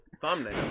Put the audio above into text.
thumbnail